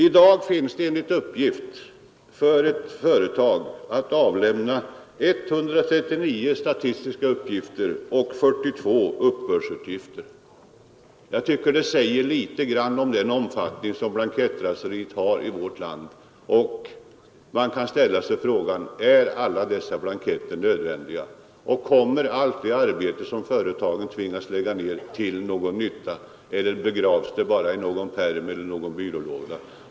I dag finns det enligt uppgift skyldighet för ett företag att avlämna 139 statistiska uppgifter och 42 uppbördsuppgifter. Jag tycker att det säger litet grand om den omfattning som blankettraseriet har i vårt land och man kan ställa frågan: Är alla dessa blanketter nödvändiga och kommer allt det arbete som företagen tvingas lägga ned till någon nytta eller begravs resultatet av arbetet bara i någon promemoria eller byrålåda?